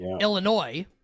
Illinois